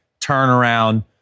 turnaround